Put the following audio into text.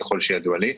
ככל שידוע לי.